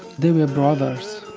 they were brothers.